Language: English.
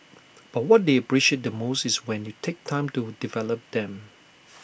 but what they appreciate the most is when you take time to develop them